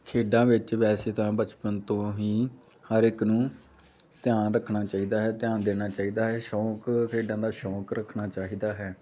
ਖੇਡਾਂ ਵਿੱਚ ਵੈਸੇ ਤਾਂ ਬਚਪਨ ਤੋਂ ਹੀ ਹਰ ਇੱਕ ਨੂੰ ਧਿਆਨ ਰੱਖਣਾ ਚਾਹੀਦਾ ਹੈ ਧਿਆਨ ਦੇਣਾ ਚਾਹੀਦਾ ਹੈ ਸ਼ੌਂਕ ਖੇਡਾਂ ਦਾ ਸ਼ੌਂਕ ਰੱਖਣਾ ਚਾਹੀਦਾ ਹੈ